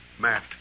Matt